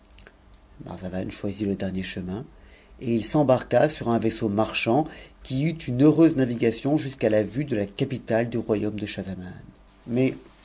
marxavan choisit le dernier chemin et il s'embarqua sur un vaisseau mm'hand qui eut une heureuse navigation jusqu'à la vue de la capitale thnoyaume de